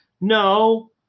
no